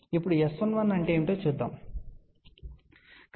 ఇప్పుడు S11అంటే ఏమిటో చూద్దాం